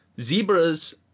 Zebra's